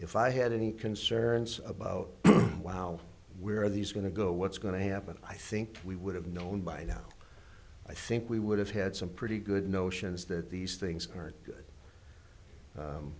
if i had any concerns about wow where are these going to go what's going to happen i think we would have known by now i think we would have had some pretty good notions that these things are good